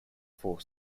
for